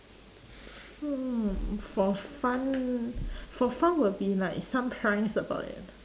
hmm for fun for fun will be like some prize about it